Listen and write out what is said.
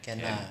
can lah